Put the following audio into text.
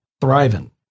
Thriving